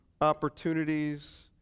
opportunities